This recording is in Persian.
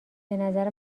بنظر